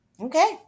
Okay